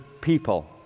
people